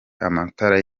amatara